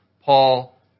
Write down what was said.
Paul